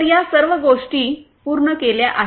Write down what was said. तर या सर्व गोष्टी पूर्ण केल्या आहेत